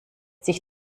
sich